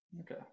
Okay